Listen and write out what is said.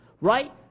Right